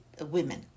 women